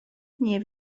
nie